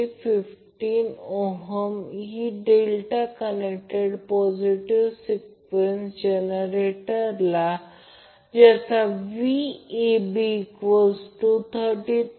म्हणून जर ते Vab√ 3 अँगल 30 दर्शवा तर हे काहीच नाही परंतु VL√ 3 30o आणि हे Zy आहे हा वाहणारा करंट Ia आहे